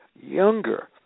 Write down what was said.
younger